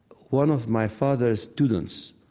one of my father's students,